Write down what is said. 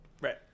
right